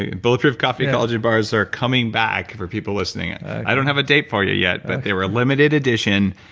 ah bulletproof coffee collagen bars are coming back for people listening. i don't have a date for you yet, but they were a limited edition.